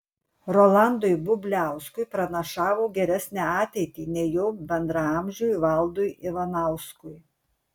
rolandui bubliauskui pranašavo geresnę ateitį nei jo bendraamžiui valdui ivanauskui